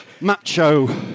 macho